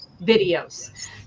videos